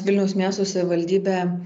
vilniaus miesto savivaldybė